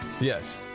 Yes